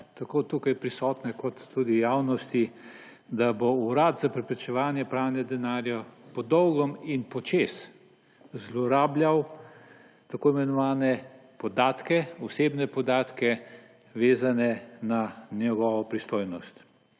tako tukaj prisotne kot tudi javnosti, da bo Urad za preprečevanje pranja denarja po dolgem in počez zlorabljal tako imenovane podatke, osebne podatke, vezane na njegovo pristojnost.